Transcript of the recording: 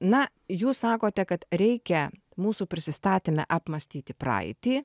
na jūs sakote kad reikia mūsų prisistatyme apmąstyti praeitį